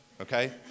okay